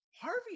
Harvey